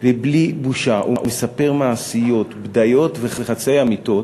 ובלי בושה הוא מספר מעשיות, בדיות וחצאי אמיתות,